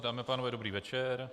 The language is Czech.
Dámy a pánové, dobrý večer.